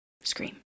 Scream